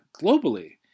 globally